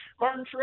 Martin